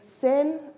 sin